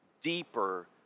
deeper